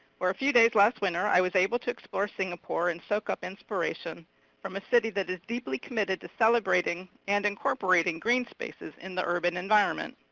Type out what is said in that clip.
for a few days last winter, i was able to explore singapore and soak up inspiration from a city that is deeply committed to celebrating, and incorporating, green spaces in the urban environment.